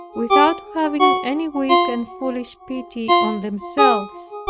without having any weak and foolish pity on themselves,